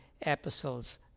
epistles